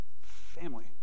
family